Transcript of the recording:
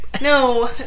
No